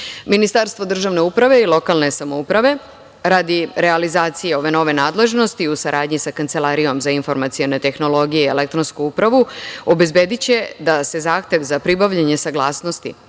Ministarstvo državne uprave i lokalne samouprave, radi realizacije ove nove nadležnosti, u saradnji sa Kancelarijom za informacione tehnologije i elektronsku upravu, obezbediće da se zahtev za pribavljanje saglasnosti